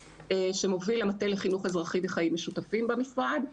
שמוביל המטה לחינוך אזרחי וחיים משותפים במשרד,